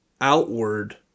outward